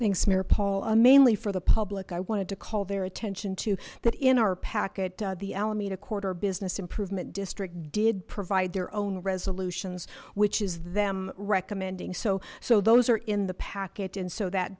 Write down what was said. a mainly for the public i wanted to call their attention to that in our packet the alameda corridor business improvement district did provide their own resolutions which is them recommending so so those are in the packet and so that